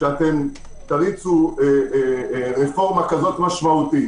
שתריצו רפורמה כזו משמעותית,